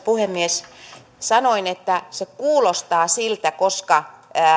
puhemies sanoin että se kuulostaa siltä koska